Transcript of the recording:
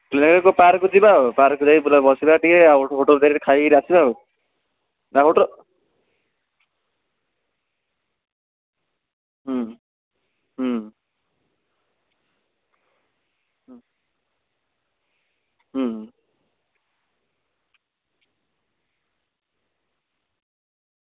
park ଯିବା ଆଉ park ଯାଇକି ବସିବା ଟିକେ ଆଉ ହୋଟେଲ୍ ଯାଇକି ଖାଇକିରି ଆସିବା ଆଉ ନା ହୋଟେଲ୍